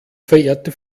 verehrte